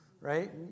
Right